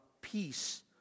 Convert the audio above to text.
peace